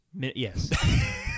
yes